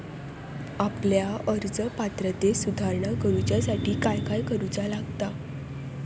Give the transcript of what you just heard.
आपल्या कर्ज पात्रतेत सुधारणा करुच्यासाठी काय काय करूचा लागता?